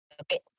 Okay